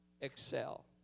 excel